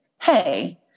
Hey